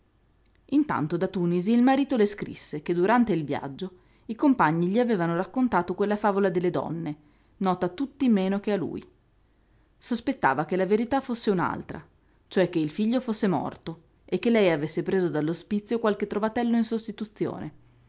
intanto da tunisi il marito le scrisse che durante il viaggio i compagni gli avevano raccontato quella favola delle donne nota a tutti meno che a lui sospettava che la verità fosse un'altra cioè che il figlio fosse morto e che lei avesse preso dall'ospizio qualche trovatello in sostituzione